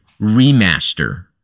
remaster